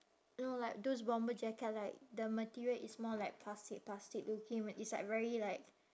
no like those bomber jacket like the material is more like plastic plastic looking when it's like very like